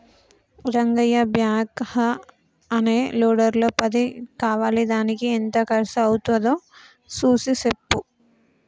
Rangayya backhoe అనే లోడర్ల పది కావాలిదానికి ఎంత కర్సు అవ్వుతాదో సూసి సెప్పు